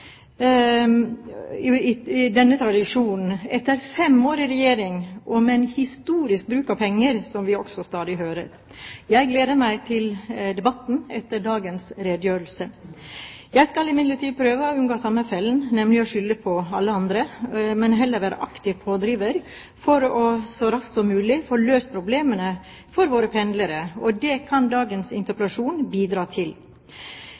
nåværende samferdselsminister denne tradisjonen – etter fem år i regjering og med en historisk bruk av penger, som vi også stadig hører. Jeg gleder meg til debatten etter dagens redegjørelse. Jeg skal imidlertid prøve å unngå samme fellen, nemlig å skylde på alle andre, men heller være en aktiv pådriver for så raskt som mulig å få løst problemene for våre pendlere – og det kan dagens interpellasjon bidra til.